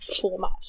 format